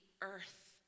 earth